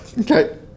Okay